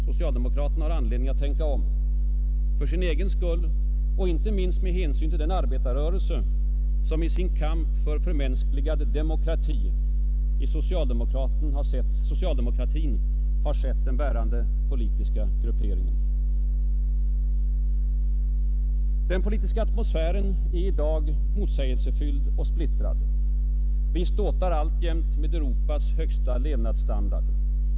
Socialdemokraterna har anledning att tänka om, för sin egen skull och inte minst med hänsyn till den arbetarrörelse som i sin kamp för förmänskligad demokrati i socialdemokratin har sett den bärande politiska grupperingen. Den politiska atmosfären är i dag motsägelsefylld och splittrad. Vi ståtar alltjämt med Europas högsta levnadsstandard.